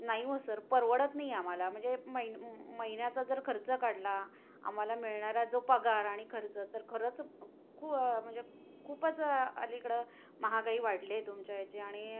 नाही हो सर परवडत नाही आम्हाला म्हणजे महिन महिन्याचा जर खर्च काढला आम्हाला मिळणारा जो पगार आणि खर्च तर खरंच खू म्हणजे खूपच अलीकडं महागाई वाढली आहे तुमच्या याची आणि